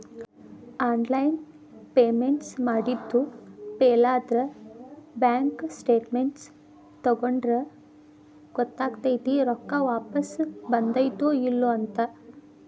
online payments ಮಾಡಿದ್ದು ಫೇಲಾದ್ರ bank statements ತಕ್ಕೊಂಡ್ರ ಗೊತ್ತಕೈತಿ ರೊಕ್ಕಾ ವಾಪಸ್ ಬಂದೈತ್ತೋ ಇಲ್ಲೋ ಅಂತ